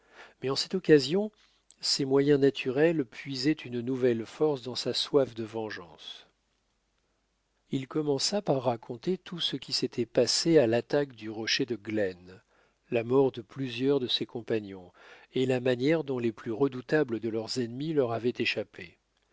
mais en cette occasion ses moyens naturels puisaient une nouvelle fore dans sa soif de vengeance il commença par raconter tout ce qui s'était passé à l'attaque du rocher de glenn la mort de plusieurs de ses compagnons et la manière dont les plus redoutables de leurs ennemis leur avaient échappé